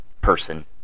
person